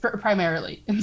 Primarily